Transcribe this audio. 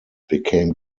became